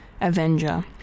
avenger